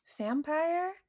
Vampire